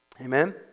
Amen